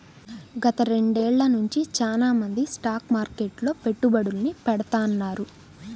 గత రెండేళ్ళ నుంచి చానా మంది స్టాక్ మార్కెట్లో పెట్టుబడుల్ని పెడతాన్నారు